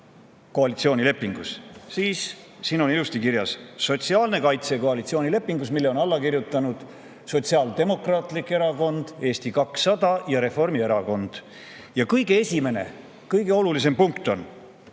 koalitsioonilepingus on ilusti kirjas: "Sotsiaalne kaitse" koalitsioonilepingus, millele on alla kirjutanud Sotsiaaldemokraatlik Erakond, Eesti 200 ja Reformierakond, selle kõige esimene, kõige olulisem punkt on: